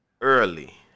early